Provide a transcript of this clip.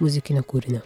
muzikinio kūrinio